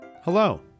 Hello